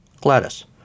Gladys